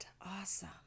awesome